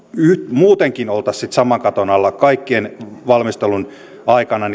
muutenkin oltaisiin saman katon alla kaikkien valmistelujen aikana